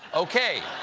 okay,